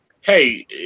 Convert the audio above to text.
Hey